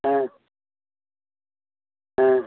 ஆ ஆ